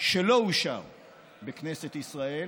שלא אושר בכנסת ישראל,